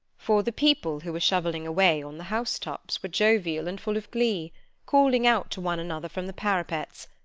for, the people who were shovelling away on the housetops were jovial and full of glee calling out to one another from the parapets,